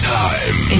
time